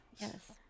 Yes